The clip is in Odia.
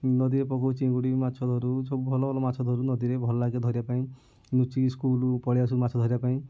ନଦୀରେ ପକଉ ଚିଙ୍ଗୁଡ଼ି ମାଛ ଧରୁ ସବୁ ଭଲ ଭଲ ମାଛ ଧରୁ ନଦୀରେ ଭଲ ଲାଗେ ଧରିବା ପାଇଁ ନୁଚିକି ସ୍କୁଲ୍ରୁ ପଳେଇ ଆସୁ ମାଛ ଧରିବା ପାଇଁ